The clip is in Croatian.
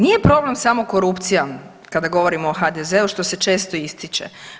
Nije problem samo korupcija kada govorimo o HDZ-u, što se često ističe.